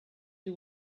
you